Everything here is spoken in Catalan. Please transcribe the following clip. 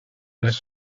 les